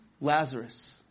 Lazarus